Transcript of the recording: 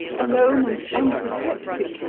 alone and unprotected.